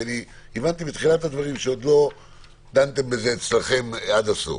כי הבנתי בתחילת הדברים שלא דנתם בזה אצלכם עד הסוף